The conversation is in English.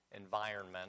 environment